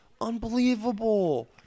Unbelievable